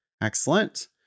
Excellent